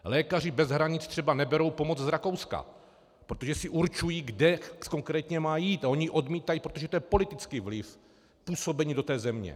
Lékaři bez hranice třeba neberou pomoc z Rakouska, protože si určují, kam konkrétně má jít, a oni ji odmítají, protože to je politický vliv působení do té země.